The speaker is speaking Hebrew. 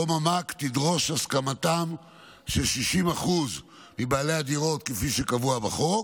תדרוש את הסכמתם של 60% מבעלי הדירות כפי שקבוע בחוק,